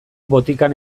botikan